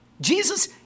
Jesus